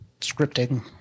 scripting